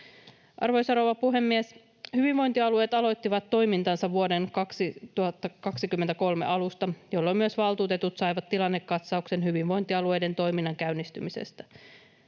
Arvoisa rouva puhemies! Hyvinvointialueet aloittivat toimintansa vuoden 2023 alusta, jolloin myös valtuutetut saivat tilannekatsauksen hyvinvointialueiden toiminnan käynnistymisestä.